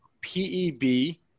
P-E-B